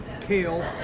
kale